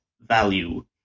value